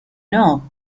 know